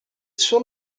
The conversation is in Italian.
suo